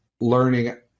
learning